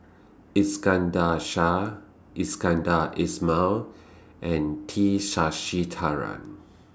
Iskandar Shah Iskandar Ismail and T